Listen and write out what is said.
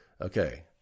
Okay